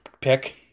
pick